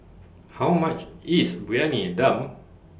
How much IS Briyani Dum